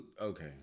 Okay